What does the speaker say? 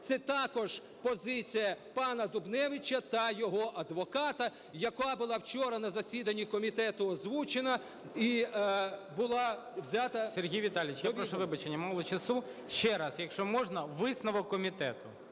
Це також позиція пана Дубневича та його адвоката, яка була вчора на засіданні комітету озвучена і була взята до відома. ГОЛОВУЮЧИЙ. Сергій Віталійович, я прошу вибачення, мало часу. Ще раз, якщо можна, висновок комітету.